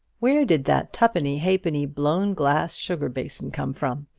where did that twopenny-halfpenny blown-glass sugar-basin come from?